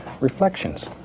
reflections